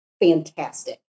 fantastic